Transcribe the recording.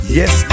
yes